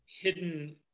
hidden